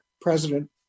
President